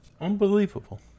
Unbelievable